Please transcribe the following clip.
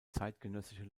zeitgenössische